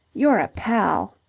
you're a pal.